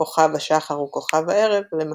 "כוכב השחר הוא כוכב הערב", למשל,